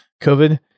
COVID